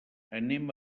anem